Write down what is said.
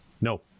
No